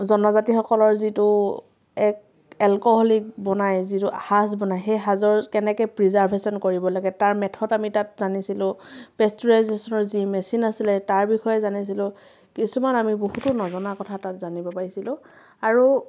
জনজাতিসকলৰ যিটো এক এলকহলিক বনাই যিটো সাজ বনাই সেই সাজৰ কেনেকে প্ৰিজাৰ্ভেছন কৰিব লাগে তাৰ মেথড আমি তাত জানিছিলোঁ প্ৰেচটুৰাইজেছনৰ যি মেচিন আছিলে তাৰ বিষয়ে জানিছিলোঁ কিছুমান আমি বহুতো নজনা কথা তাত জানিব পাৰিছিলোঁ আৰু